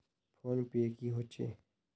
Phone पै की होचे?